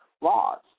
laws